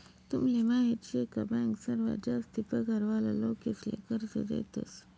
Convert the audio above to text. तुमले माहीत शे का बँक सर्वात जास्ती पगार वाला लोकेसले कर्ज देतस